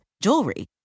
jewelry